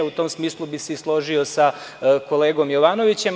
U tom smislu bih se i složio sa kolegom Jovanovićem.